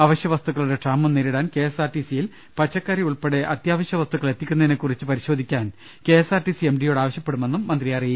അവശ്യ വസ്തുക്കളുടെ ക്ഷാമം നേരിടാൻ കെ എസ് ആർ ടിസിൽ പച്ചക്കറികൾ ഉൾപ്പടെ അത്യാവശ്യ വസ്തുക്കൾ എത്തിക്കുന്നതിനെകു റിച്ച് പരിശോധിക്കാൻ K S R T C എംഡിയോട് ആവശ്യപ്പെടു മെന്നും മന്ത്രി അറിയിച്ചു